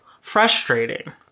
frustrating